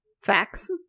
Facts